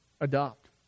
adopt